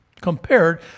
compared